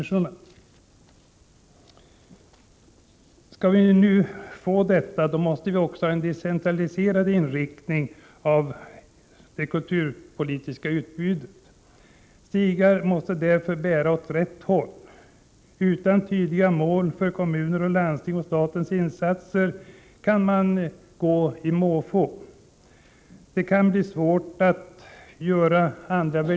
Skall vi kunna uppnå detta måste vi ha en decentraliserad inriktning på det kulurpolitiska utbudet. Stigar måste därför bära åt rätt håll. Utan tydliga mål för kommunens, landstingets och statens insatser kan kulturpolitiken komma att föras på måfå.